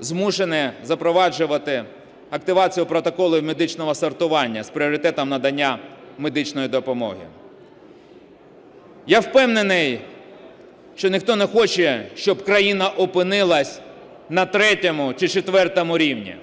змушені запроваджувати активацію протоколу медичного сортування з пріоритетом надання медичної допомоги. Я впевнений, що ніхто не хоче, щоб країна опинилась на третьому чи четвертому рівні.